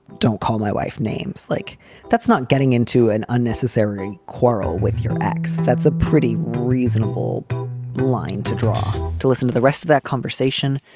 don't call my wife. names like that's not getting into an unnecessary quarrel with your ex. that's a pretty reasonable line to draw. to listen to the rest of that conversation,